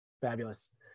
Fabulous